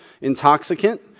intoxicant